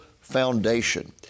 foundation